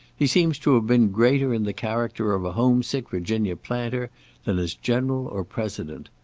he seems to have been greater in the character of a home-sick virginia planter than as general or president.